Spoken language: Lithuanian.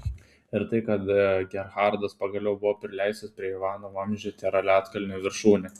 ir tai kad gerhardas pagaliau buvo prileistas prie ivano vamzdžio tėra ledkalnio viršūnė